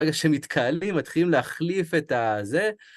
ברגע שמתקהלים, מתחילים להחליף את ה... זה...